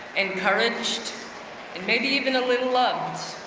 encouraged and maybe even a little loved.